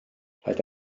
rhaid